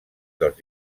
dels